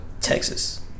Texas